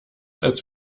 als